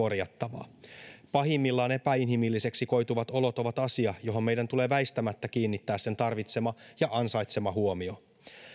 korjattavaa pahimmillaan epäinhimilliseksi koituvat olot ovat asia johon meidän tulee väistämättä kiinnittää sen tarvitsema ja ansaitsema huomio